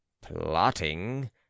plotting